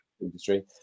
industry